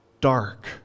dark